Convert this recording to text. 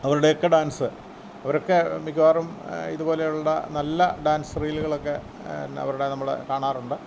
അവരുടെയൊക്കെ ഡാൻസ് അവരൊക്കെ മിക്കവാറും ഇതുപോലെയുള്ള നല്ല ഡാൻസ് റീലുകളൊക്കെ പിന്നെ അവരുടെ നമ്മള് കാണാറുണ്ട്